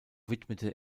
widmete